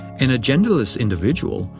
an agendaless individual,